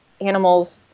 animals